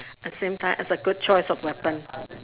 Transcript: at the same time is a good choice of weapon